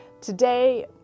today